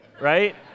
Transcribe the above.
Right